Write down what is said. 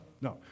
no